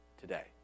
today